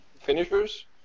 finishers